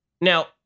Now